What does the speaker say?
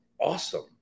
awesome